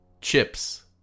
chips